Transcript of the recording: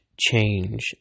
change